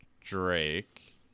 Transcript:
Drake